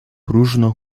próżno